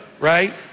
right